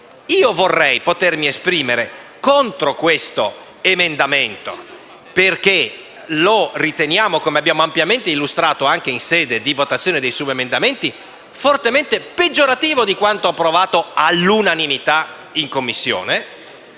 Io vorrei potermi esprimere contro questo emendamento perché lo riteniamo, come abbiamo ampiamente illustrato anche in sede di votazione dei subemendamenti, fortemente peggiorativo di quanto approvato all'unanimità in Commissione.